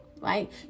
right